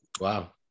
Wow